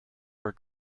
were